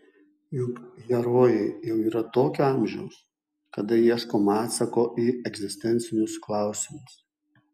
juk herojai jau yra tokio amžiaus kada ieškoma atsako į egzistencinius klausimus